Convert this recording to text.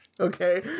okay